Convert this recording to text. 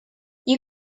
you